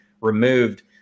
removed